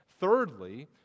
Thirdly